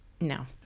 No